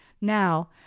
Now